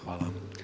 Hvala.